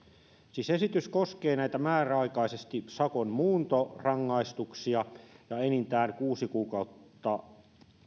siis esitys koskee määräaikaisesti sakon muuntorangaistuksia ja enintään kuusi kuukautta